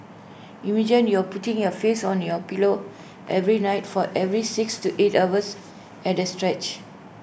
imagine you're putting your face on your pillow every night for every six to eight hours at A stretch